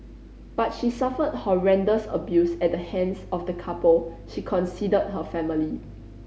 but she suffered horrendous abuse at the hands of the couple she considered her family